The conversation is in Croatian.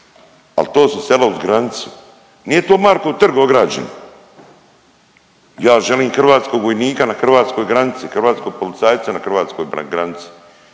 al to su sela uz granicu, nije to Markov trg ograđen. Ja želim hrvatskog vojnika na hrvatskoj granici i hrvatskog policajca na hrvatskoj granici,